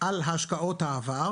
על השקעות העבר